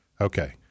Okay